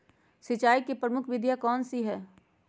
सिंचाई की प्रमुख विधियां कौन कौन सी है?